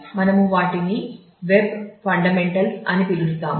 మనము వాటిని web fundamentals అని పిలుస్తాము